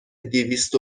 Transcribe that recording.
دویست